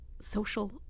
social